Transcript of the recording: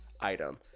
item